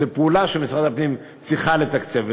זאת פעולה שמשרד הפנים צריך לתקצב,